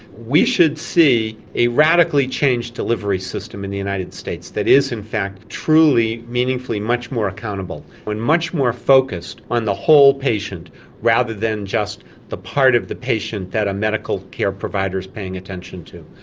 we should see a radically changed delivery system in the united states that is in fact truly meaningfully much more accountable, and much more focused on the whole patient rather than just the part of the patient that a medical care provider is paying attention to.